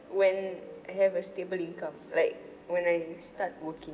when I have a stable income like when I start working